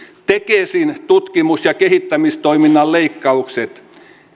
tekesin tutkimus ja kehittämistoiminnan leikkaukset